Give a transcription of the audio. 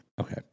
Okay